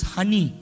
Honey